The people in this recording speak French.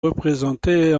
représentés